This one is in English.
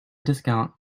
discount